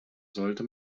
sollte